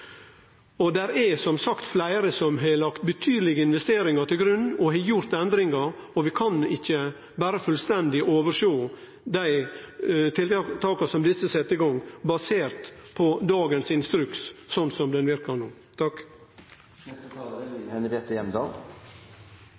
er som sagt fleire som har lagt betydelege investeringar til grunn og gjort endringar, og vi kan ikkje berre fullstendig oversjå dei tiltaka som dei har sett i gang basert på dagens instruks, slik han verkar no. Aller først har jeg lyst til å si takk